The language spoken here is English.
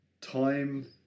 time